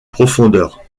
profondeur